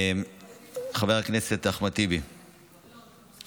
חבר הכנסת אחמד טיבי, שאלה,